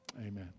Amen